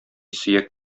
сөяк